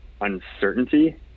uncertainty